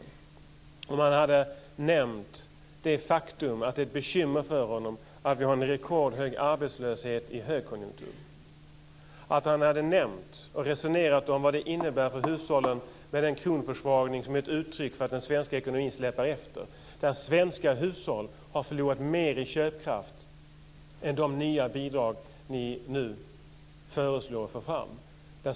Det hade varit rimligt om finansministern hade nämnt det faktum att det är ett bekymmer att vi har en rekordhög arbetslöshet i högkonjunktur och resonerat om vad det innebär för hushållen med den kronförsvagning som är ett uttryck för att den svenska ekonomin släpar efter. Svenska hushåll har förlorat mer i köpkraft än de nya bidrag ni nu föreslår.